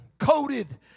coated